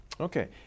Okay